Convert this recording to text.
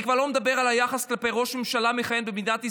אני כבר לא מדבר על היחס כלפי ראש ממשלה מכהן במדינת ישראל,